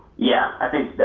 yeah, i think,